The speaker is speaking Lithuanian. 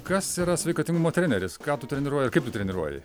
kas yra sveikatingumo treneris ką tu treniruoji ir kaip tu treniruoji